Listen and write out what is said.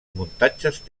muntatges